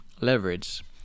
leverage